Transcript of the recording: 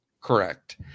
Correct